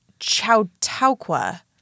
Chautauqua